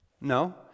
No